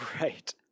Right